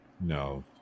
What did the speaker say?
No